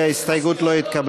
אני קובע כי ההסתייגות לא התקבלה.